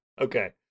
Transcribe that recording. Okay